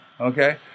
okay